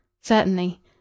Certainly